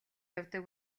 явдаг